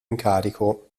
incarico